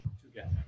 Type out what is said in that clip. together